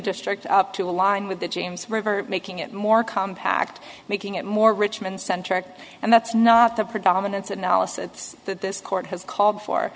district up to align with the james river making it more compact making it more richmond centric and that's not the predominant analysis that this court has called for